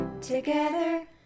together